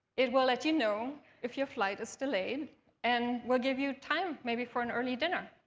it will let you know if your flight is delayed and will give you time maybe for an early dinner.